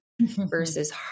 Versus